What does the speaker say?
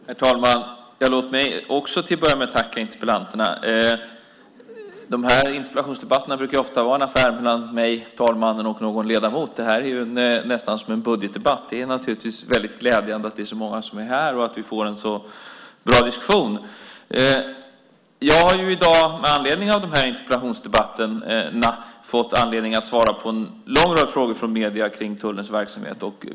Herr talman! Låt mig också till att börja med tacka interpellanterna. De här interpellationsdebatterna brukar ofta vara en affär mellan mig, talmannen och någon ledamot. Det här är nästan som en budgetdebatt. Det är naturligtvis väldigt glädjande att det är så många som är här och att vi får en så bra diskussion. Jag har i dag med anledning av de här interpellationsdebatterna fått anledning att svara på en lång rad frågor från medierna kring tullens verksamhet.